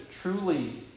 truly